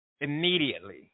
Immediately